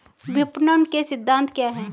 विपणन के सिद्धांत क्या हैं?